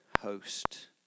host